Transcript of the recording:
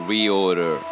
Reorder